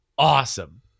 Awesome